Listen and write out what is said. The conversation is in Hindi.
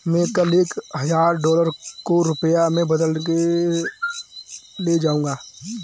मैं कल एक हजार डॉलर को रुपया में बदलने के लिए जाऊंगा